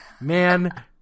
Man